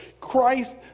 Christ